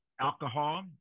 alcohol